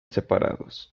separados